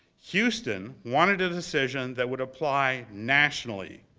houston wanted a decision that would apply nationally,